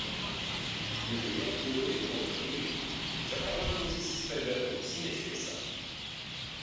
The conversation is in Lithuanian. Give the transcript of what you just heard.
viduje tylu lyg mauzoliejuje tik čia pro langus įsiskverbia auksinė šviesa